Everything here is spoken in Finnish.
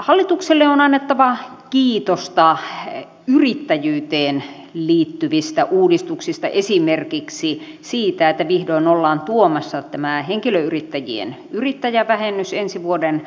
hallitukselle on annettava kiitosta yrittäjyyteen liittyvistä uudistuksista esimerkiksi siitä että vihdoin ollaan tuomassa tämä henkilöyrittäjien yrittäjävähennys ensi vuoden alusta